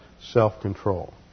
self-control